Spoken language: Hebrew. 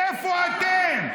איפה אתם?